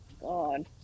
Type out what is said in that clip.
God